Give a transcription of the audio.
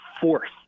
force